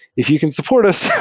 if you can support us,